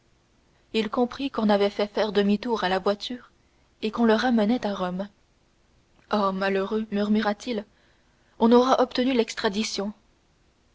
il comprit qu'on avait fait faire demi-tour à la voiture et qu'on le ramenait à rome oh malheureux murmura-t-il on aura obtenu l'extradition